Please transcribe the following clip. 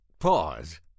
pause